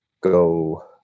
go